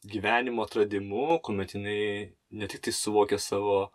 gyvenimo atradimu kuomet jinai ne tiktai suvokė savo